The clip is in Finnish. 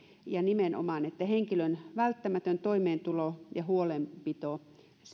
ja nimenomaan se että henkilön välttämätön toimeentulo ja huolenpito